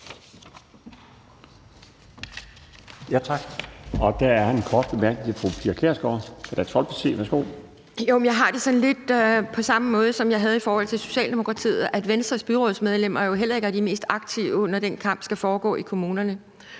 det sådan lidt på samme måde, som jeg havde det i forhold til Socialdemokratiet, altså at Venstres byrådsmedlemmer jo heller ikke er de mest aktive, når den kamp skal foregå i kommunerne.